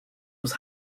was